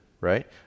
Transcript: right